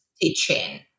teaching